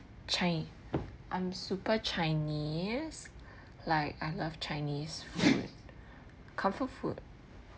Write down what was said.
chi~ I'm super chinese like I love chinese food comfort food